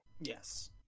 Yes